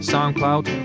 SoundCloud